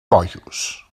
bojos